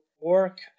work